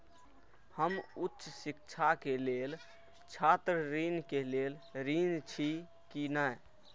हम उच्च शिक्षा के लेल छात्र ऋण के लेल ऋण छी की ने?